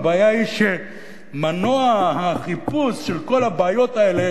הבעיה היא שמנוע החיפוש של כל הבעיות האלה